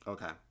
Okay